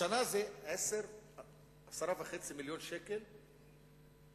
השנה זה 10.5 מיליוני שקלים,